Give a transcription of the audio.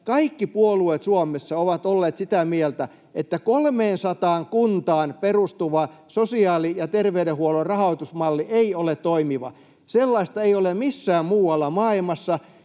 kaikki puolueet Suomessa ovat olleet sitä mieltä, että 300 kuntaan perustuva sosiaali- ja terveydenhuollon rahoitusmalli ei ole toimiva. Sellaista ei ole missään muualla maailmassa.